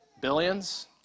Billions